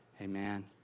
Amen